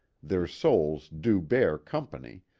their souls do bear company,